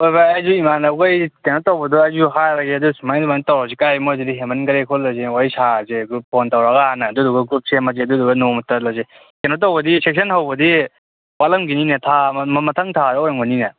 ꯍꯣꯏ ꯚꯥꯏ ꯑꯩꯁꯨ ꯏꯃꯥꯟꯅꯕꯉꯩ ꯀꯩꯅꯣ ꯇꯧꯕꯗꯣ ꯑꯩꯁꯨ ꯍꯥꯏꯔꯒꯦ ꯑꯗꯨ ꯁꯨꯃꯥꯏꯅ ꯁꯨꯃꯥꯏꯅ ꯇꯧꯔꯁꯤ ꯀꯥꯏ ꯃꯣꯏꯗꯨꯗꯤ ꯍꯦꯟꯃꯟꯈ꯭ꯔꯦ ꯈꯣꯠꯂꯖꯤ ꯋꯥꯔꯤ ꯁꯥꯔꯁꯦ ꯒ꯭ꯔꯨꯞ ꯐꯣꯟ ꯇꯧꯔꯒ ꯍꯥꯟꯅ ꯑꯗꯨꯗꯨꯒ ꯒ꯭ꯔꯨꯞ ꯁꯦꯝꯃꯁꯦ ꯑꯗꯨꯗꯨꯒ ꯅꯣꯡꯃ ꯆꯠꯂꯁꯦ ꯀꯩꯅꯣ ꯇꯧꯕꯗꯤ ꯁꯦꯁꯟ ꯍꯧꯕꯗꯤ ꯋꯥꯠꯂꯝꯒꯤꯅꯤꯅꯦ ꯃꯊꯪ ꯊꯥꯗ ꯑꯣꯏꯔꯝꯒꯅꯤꯅꯦ